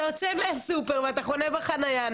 אתה צריך אישור שקנית מהסופר כשאתה יוצא מהחניה,